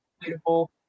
beautiful